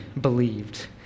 believed